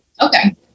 Okay